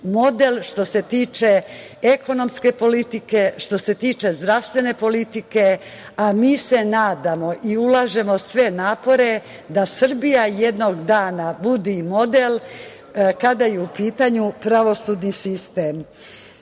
model što se tiče ekonomske politike, što se tiče zdravstvene politike, a mi se nadamo i ulažemo sve napore da Srbija jednog dana bude i model kada je u pitanju pravosudni sistem. Jedan